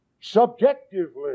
subjectively